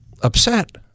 upset